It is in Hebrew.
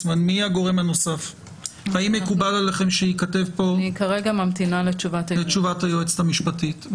אני כרגע ממתינה לתשובת היועצת המשפטית לממשלה.